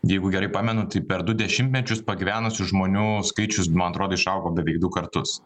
jeigu gerai pamenu tai per du dešimtmečius pagyvenusių žmonių skaičius man atrodo išaugo beveik du kartus